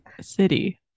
city